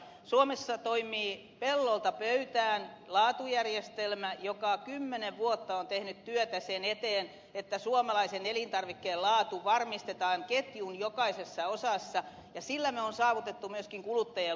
suomessa toimii pellolta pöytään laatujärjestelmä joka kymmenen vuotta on tehnyt työtä sen eteen että suomalaisen elintarvikkeen laatu varmistetaan ketjun jokaisessa osassa ja sillä me olemme saavuttaneet myöskin kuluttajien luottamuksen